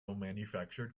manufactured